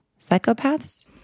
psychopaths